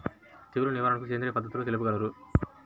తెగులు నివారణకు సేంద్రియ పద్ధతులు తెలుపగలరు?